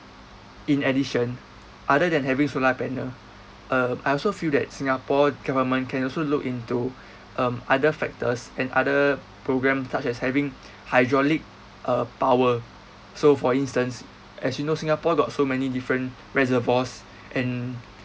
in addition other than having solar panel um I also feel that singapore government can also look into um other factors and other programme such as having hydraulic uh power so for instance as we know singapore got so many different reservoirs and